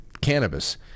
cannabis